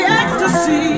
ecstasy